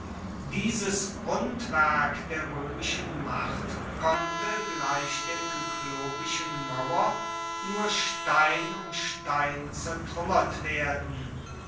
dieses grundwerk der roemischen macht konnte gleich der kyklopischen mauer nur stein um stein zertruemmert werden